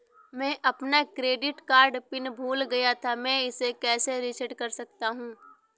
मैं अपना credit card PIN भूल गया था मैं इसे कैसे रीसेट कर सकता हूँ?